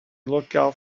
lookout